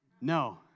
no